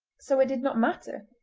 so it did not matter,